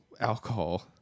alcohol